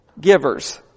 givers